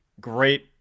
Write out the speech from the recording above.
great